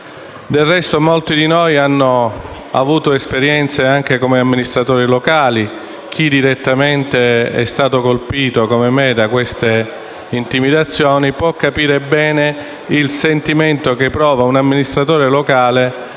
Del resto, molti di noi hanno avuto esperienza anche come amministratori locali e chi, come me, è stato direttamente colpito da queste intimidazioni può capire bene il sentimento che prova un amministratore locale